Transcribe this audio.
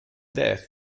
death